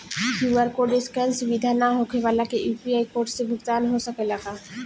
QR code scan सुविधा ना होखे वाला के यू.पी.आई कोड से भुगतान हो सकेला का?